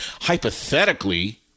hypothetically